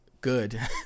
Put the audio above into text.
good